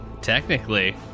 technically